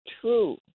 true